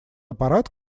аппарат